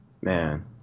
Man